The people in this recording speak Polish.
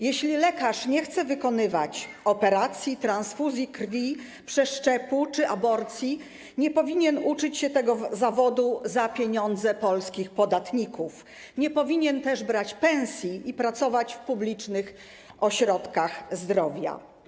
Jeśli lekarz nie chce wykonywać operacji, transfuzji krwi, przeszczepu czy aborcji, nie powinien uczyć się tego zawodu za pieniądze polskich podatników, nie powinien też brać pensji i pracować w publicznych ośrodkach zdrowia.